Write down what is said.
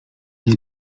ani